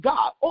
God